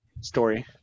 story